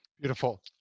Beautiful